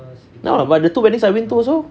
no but the two weddings I been to also